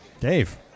Dave